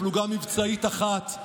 פלוגה מבצעית אחת,